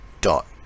dot